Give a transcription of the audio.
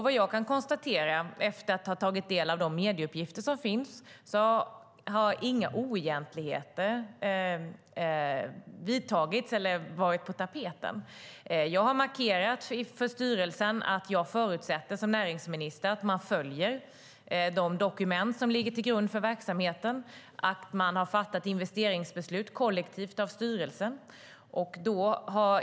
Vad jag kan konstatera, efter att ha tagit del av de medieuppgifter som finns, har inga oegentligheter varit på tapeten. Jag har markerat för styrelsen att jag som näringsminister förutsätter att man följer de dokument som ligger till grund för verksamheten och att styrelsen kollektivt har fattat investeringsbeslut.